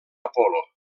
apol·lo